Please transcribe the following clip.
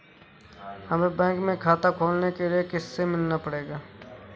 हमे बैंक में खाता खोलने के लिए किससे मिलना पड़ेगा?